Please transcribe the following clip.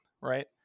right